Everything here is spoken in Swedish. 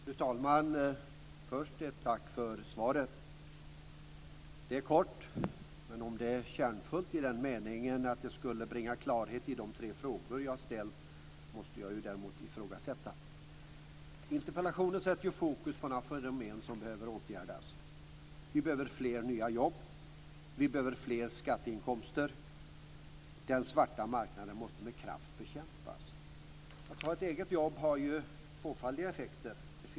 Fru talman! Först vill jag tacka för svaret. Det är kort men om det är kärnfullt i den meningen att det bringar klarhet i de tre frågor som jag har ställt måste jag ifrågasätta. Interpellationen sätter fokus på några fenomen som behöver åtgärdas: Vi behöver fler nya jobb. Vi behöver mer skatteinkomster. Den svarta marknaden måste med kraft bekämpas. Att ha ett eget jobb har tvåfaldiga effekter.